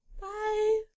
Bye